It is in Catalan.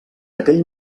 aquell